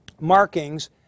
markings